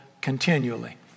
Continually